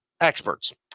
Experts